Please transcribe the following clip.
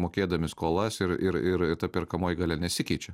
mokėdami skolas ir ir ir ta perkamoji galia nesikeičia